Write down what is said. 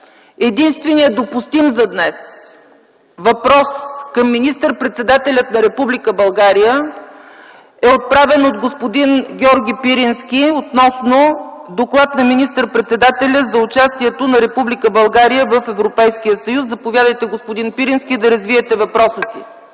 Единственият допустим за днес въпрос към министър-председателя на Република България е отправен от господин Георги Пирински относно доклад на министър-председателя за участието на Република България в Европейския съюз. Заповядайте, господин Пирински, да развиете въпроса си.